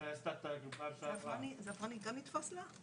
אני כמובן אבוא ואשתתף גם בדיונים האלה.